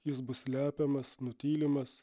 jis bus slepiamas nutylimas